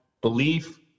belief